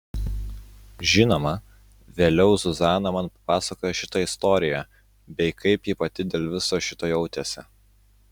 žinoma vėliau zuzana man papasakojo šitą istoriją bei kaip ji pati dėl viso šito jautėsi